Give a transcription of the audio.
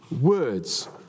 words